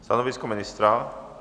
Stanovisko ministra?